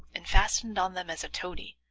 and fastened on them as a toady,